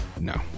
No